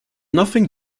nothing